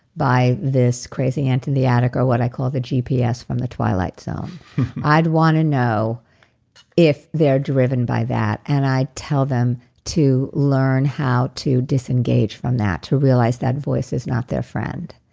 by this crazy aunt in the attic, or what i call the gps from the twilight zone i'd want to know if they're driven by that, and i tell them to learn how to disengage from that, to realize that voice is not their friend.